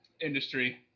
industry